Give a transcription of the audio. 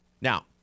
Now